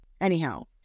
Anyhow